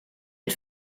had